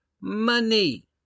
money